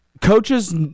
Coaches